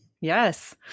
Yes